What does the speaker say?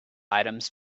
items